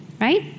Right